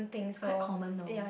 its quite common now